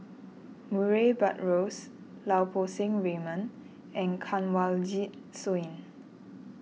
Murray Buttrose Lau Poo Seng Raymond and Kanwaljit Soin